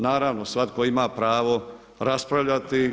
Naravno, svatko ima pravo raspravljati.